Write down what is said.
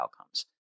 outcomes